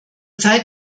zeit